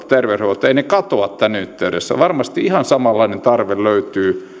terveydenhoitoa katoa tämän yhteydessä varmasti ihan samanlainen tarve löytyy